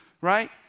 Right